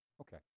Okay